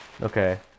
okay